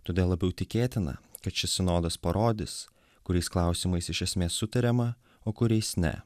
todėl labiau tikėtina kad šis sinodas parodys kuriais klausimais iš esmės sutariama o kuriais ne